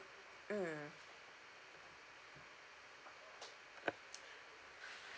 mm